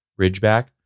Ridgeback